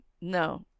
No